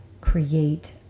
create